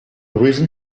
reason